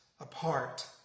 apart